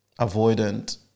avoidant